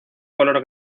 color